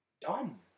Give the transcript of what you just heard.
dumb